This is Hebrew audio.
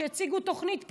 שהציגו תוכנית פתאום,